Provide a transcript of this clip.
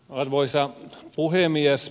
arvoisa puhemies